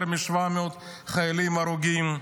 יותר מ-700 חיילים הרוגים,